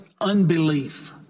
unbelief